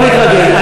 לא להתרגז.